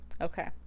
okay